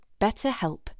BetterHelp